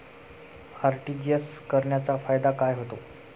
RTGS करण्याचा फायदा काय होतो?